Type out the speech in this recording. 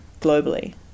globally